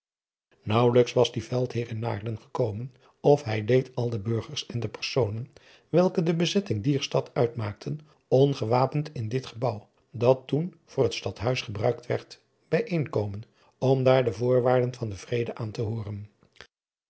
naauwelijks was die veldheer in naarden gekomen of hij deed al de burgers en de personen welke de bezetting dier stad uitmaakten ongewapend in dit gebouw dat toen voor het stadhuis gebruikt werd bijeenkomen om daar de voorwaarden van den vrede aan te hooren